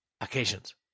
occasions